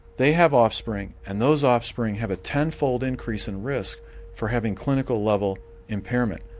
they have offspring and those offspring have a tenfold increase in risk for having clinical level impairment.